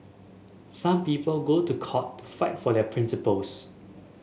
some people go to court to fight for their principles